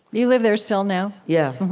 you live there still, now? yeah.